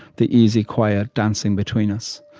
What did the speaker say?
the easy quiet dancing between us,